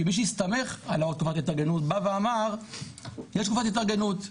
כי מי שהסתמך על תקופת ההתארגנות בא ואמר שיש תקופת התארגנות,